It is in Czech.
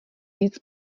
víc